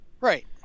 Right